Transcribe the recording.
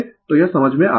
तो यह समझ में आता है